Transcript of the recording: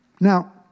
Now